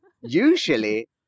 usually